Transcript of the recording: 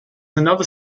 another